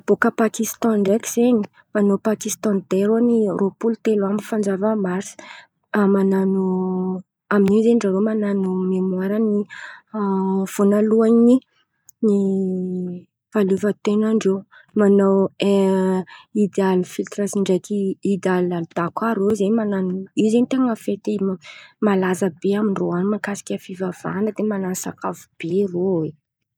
Bôka Pakistan ndraiky zen̈y, manao Pakistan day rô ny roapolo telo amby fanjava marsa. A manan̈o amin’io zen̈y zareo manan̈o memoaran’ny vônalohan’ny fahaleovan-ten̈an-dreo. Manao e idy al vitira ndraiky idy al alda koa reo zen̈y manan̈o io zen̈y ten̈a fety m- malaza be amin-drô mahakasika fivavahana de manan̈o sakafo be rô e.